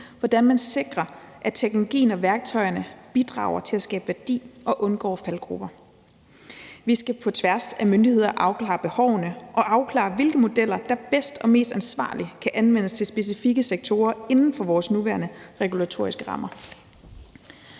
hvordan man sikrer, at teknologien og værktøjerne bidrager til at skabe værdi, og undgår faldgruber. Vi skal på tværs af myndigheder afklare behovene og afklare, hvilke modeller der bedst og mest ansvarligt kan anvendes til specifikke sektorer inden for vores nuværende regulatoriske rammer.